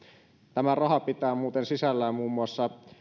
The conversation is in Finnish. tämä raha pitää muuten sisällään muun muassa